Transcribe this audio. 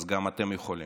גם אתם יכולים,